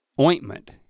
ointment